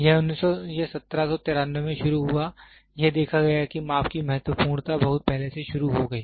यह 1793 में शुरू हुआ यह देखा गया कि माप की महत्वपूर्णता बहुत पहले से शुरू हो गई